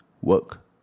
work